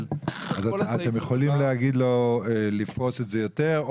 בטעות אתם להגיד לו לפרוס את זה יותר,